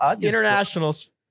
Internationals